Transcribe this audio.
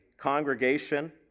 congregation